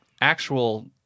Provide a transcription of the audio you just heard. actual